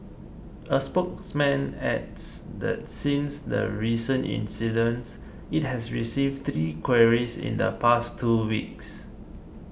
a spokesman adds that since the recent incidents it has received three queries in the past two weeks